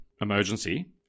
emergency